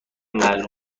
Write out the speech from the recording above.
معلوم